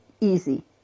easy